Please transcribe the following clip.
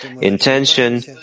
intention